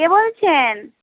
কে বলছেন